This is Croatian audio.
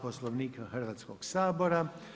Poslovnika Hrvatskog sabora.